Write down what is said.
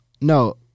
no